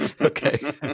okay